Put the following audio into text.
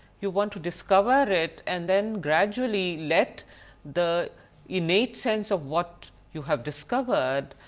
you want to discover it and then gradually let the innate sense of what you have discovered,